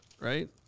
Right